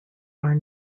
are